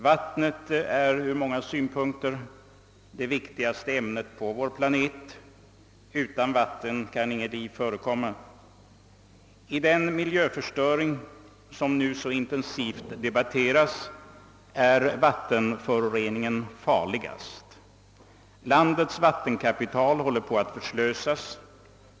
Vattnet är ur många synpunkter det viktigaste ämnet på vår planet. Utan vatten kan inte något liv förekomma. I den miljöförstöring som nu pågår och som så intensivt debatteras är vattenföroreningen farligast. Landets vattenkapital håller på att förslösas.